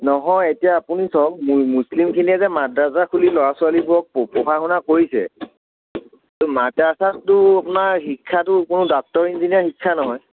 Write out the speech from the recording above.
নহয় এতিয়া আপুনি চাওক মুছলিমখিনিয়ে যে মাদ্ৰাছা খুলি ল'ৰা ছোৱালীবোৰক পঢ়া শুনা কৰিছে মাদ্ৰাছাটো আপোনাৰ শিক্ষাটোৰ ওপৰত ডাক্টৰ ইঞ্জিনিয়াৰ শিক্ষা নহয়